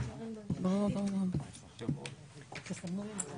הדבר הנוסף שיש הוא